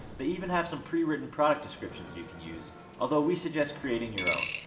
they even have some pre-written product descriptions you can use although we suggest creating your own.